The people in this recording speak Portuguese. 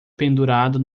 pendurado